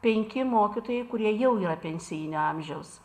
penki mokytojai kurie jau yra pensijinio amžiaus